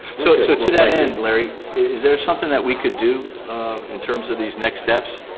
so so to that end, larry, is there something that we could do in terms of these next steps,